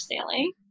sailing